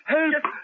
Help